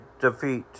defeat